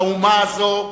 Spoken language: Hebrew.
לאומה הזאת,